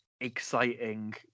exciting